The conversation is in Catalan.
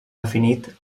definit